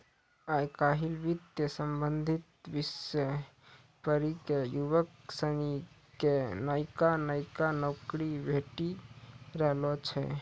आय काइल वित्त संबंधी विषय पढ़ी क युवक सनी क नयका नयका नौकरी भेटी रहलो छै